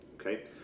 okay